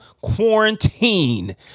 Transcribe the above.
Quarantine